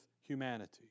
humanity